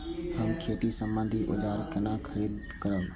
हम खेती सम्बन्धी औजार केना खरीद करब?